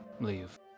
leave